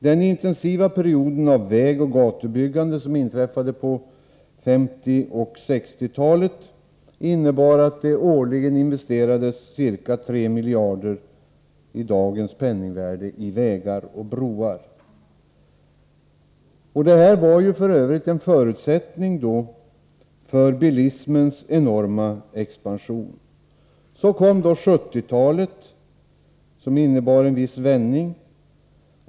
Den intensiva perioden för vägoch gatubyggande inträffade på 1950 coh 1960-talen. Årligen investerades då ca 3 miljarder kronor i dagens penningvärde i vägar och broar. Detta var f.ö. en förutsättning för bilismens enorma expansion. Så kom 1970-talet med en viss vändning.